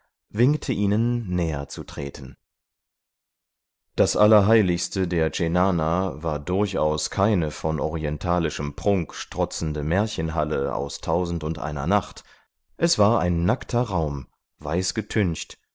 winkte ihnen näher zu treten das allerheiligste der cenana war durchaus keine von orientalischem prunk strotzende märchenhalle aus tausend und eine nacht es war ein nackter raum weiß getüncht